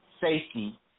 safety